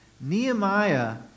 Nehemiah